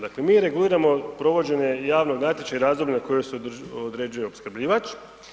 Dakle mi reguliramo provođenje javnog natječaja i razdoblje na koje se određuje opskrbljivač.